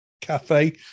Cafe